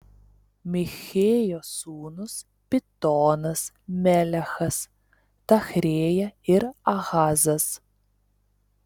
michėjo sūnūs pitonas melechas tachrėja ir ahazas